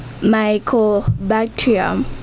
mycobacterium